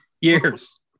years